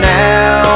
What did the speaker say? now